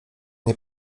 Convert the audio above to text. nie